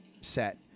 set